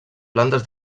plantes